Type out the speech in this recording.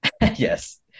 Yes